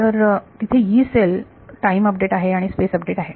तर तिथे यी सेल टाइम अपडेट आहे आणि स्पेस अपडेट आहे